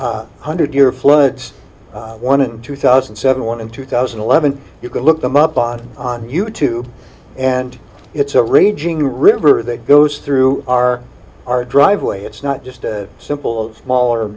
hundred year floods one in two thousand and seven one in two thousand and eleven you can look them up on on you tube and it's a raging river that goes through our our driveway it's not just a simple smaller